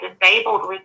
disabled